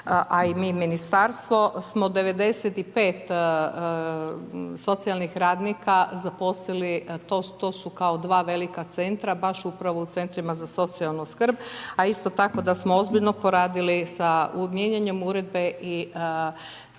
a i mi ministarstvo smo 95 socijalnih radnika, zaposlili, to su kao dva velika centra, baš upravo u centrima za socijalnu skrb. A isto tako, da smo ozbiljno proradili, sa mijenjanjem uredbe i sa jednim